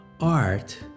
art